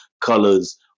colors